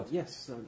yes